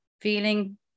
feeling